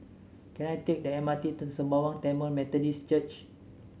can I take the M R T to Sembawang Tamil Methodist Church